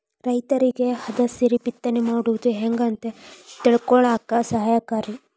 ರೈತರಿಗೆ ಹದಸರಿ ಬಿತ್ತನೆ ಮಾಡುದು ಹೆಂಗ ಅಂತ ತಿಳಕೊಳ್ಳಾಕ ಸಹಾಯಕಾರಿ